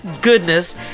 goodness